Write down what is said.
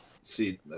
See